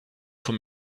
for